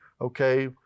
okay